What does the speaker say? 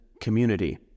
community